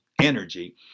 energy